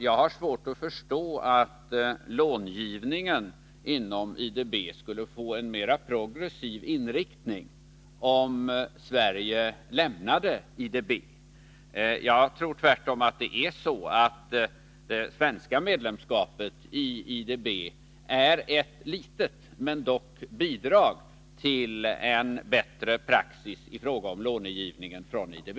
Jag har svårt att förstå att långivningen inom IDB skulle få en mer progressiv inriktning, om Sverige lämnade IDB. Jag tror tvärtom att det svenska medlemskapet i IDB är ett litet men dock bidrag till en bättre praxis i fråga om långivningen från IDB.